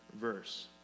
verse